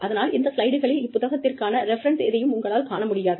அதனால் இந்த ஸ்லைடுகளில் இப்புத்தகத்திற்கான ரெஃபெரென்ஸ் எதையும் உங்களால் காண முடியாது